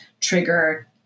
trigger